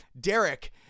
Derek